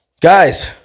Guys